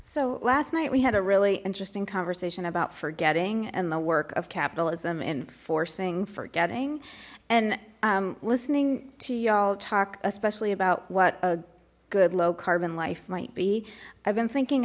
so last night we had a really interesting conversation about forgetting and the work of capitalism enforcing forgetting and listening to y'all talk especially about what a good low carbon life might be i've been thinking